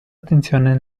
attenzione